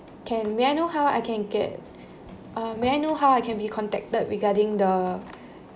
can may I know how I can get uh may I know how I can be contacted regarding the